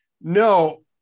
No